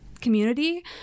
community